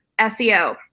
SEO